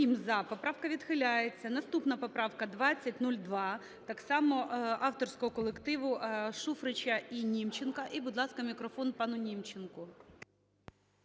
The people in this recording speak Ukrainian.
Німченка.